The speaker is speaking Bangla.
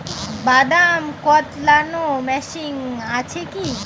বাদাম কদলানো মেশিন আছেকি?